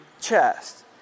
chest